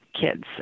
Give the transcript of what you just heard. kids